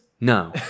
No